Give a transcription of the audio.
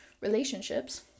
relationships